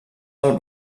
del